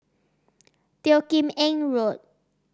Teo Kim Eng Road